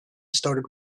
started